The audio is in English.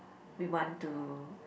we want to